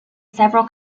several